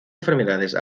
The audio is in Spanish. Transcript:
enfermedades